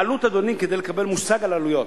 העלות, אדוני, כדי לקבל מושג על עלויות,